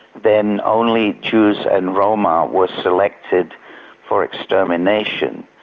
then only jews and roma were selected for extermination.